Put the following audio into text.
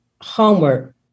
homework